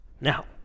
Now